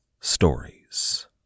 stories